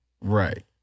Right